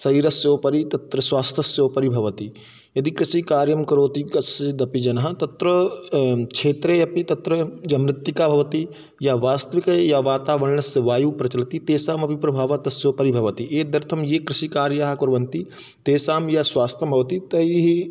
शरीरस्योपरि तत्र स्वास्थ्यस्योपरि भवति यदि कृषिकार्यं करोति कश्चिदपि जनः तत्र क्षेत्रे अपि तत्र या मृत्तिका भवति या वास्तविकं या वातावरणस्य वायुः प्रचलति तेषामपि प्रभावः तस्योपरि भवति एतदर्थं ये कृषिकार्यं कुर्वन्ति तेषां या स्वास्थ्यं भवति तैः